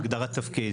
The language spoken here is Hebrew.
עשינו הגדרת תפקיד